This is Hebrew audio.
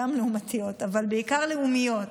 גם לעומתיות אבל בעיקר לאומיות,